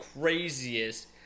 craziest